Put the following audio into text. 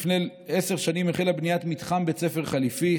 לפני עשר שנים החלה בניית מתחם בית ספר חליפי,